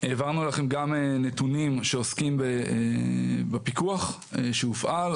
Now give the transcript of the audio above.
העברנו לכם גם נתונים שעוסקים בפיקוח שהופעל.